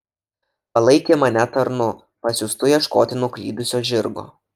palaikė mane tarnu pasiųstu ieškoti nuklydusio žirgo